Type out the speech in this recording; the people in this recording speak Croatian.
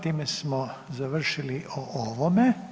Time smo završili o ovome.